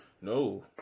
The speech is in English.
No